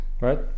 right